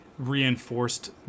reinforced